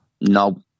No